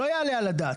לא יעלה על הדעת.